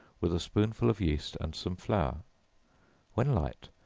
with a spoonful of yeast and some flour when light,